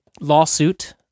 lawsuit